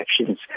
actions